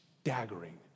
staggering